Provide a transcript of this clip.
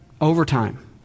overtime